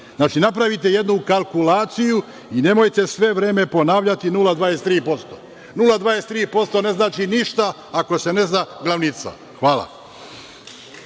napravite jednu kalkulaciju i nemojte sve vreme ponavljati 0,23%. To ne znači ništa ako se ne zna glavnica. Hvala.